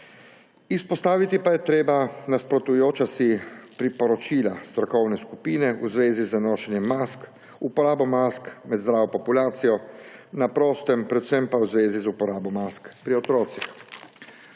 Izpostaviti pa je treba nasprotujoča si priporočila strokovne skupine v zvezi z nošenjem mask, uporabo mask med zdravo populacijo na prostem, predvsem pa v zvezi z uporabo mask pri otrocih.